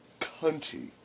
cunty